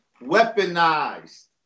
weaponized